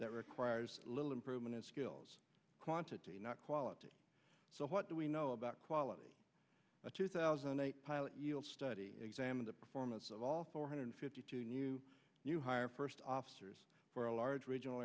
that requires little improvement in skills quantity not quality so what do we know about quality a two thousand and eight pilot study examine the performance of all four hundred fifty two new hire first officers for a large regional